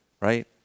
Right